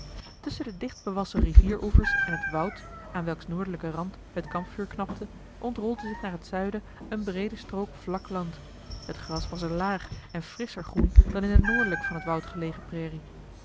tusschen de dichtbewassen rivieroevers en het woud aan welks noordelijken rand het kampvuur knapte ontrolde zich naar het zuiden eene breede strook vlak land het gras was er laag en frisscher groen dan in de noordelijk van het woud gelegen prairie